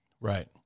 Right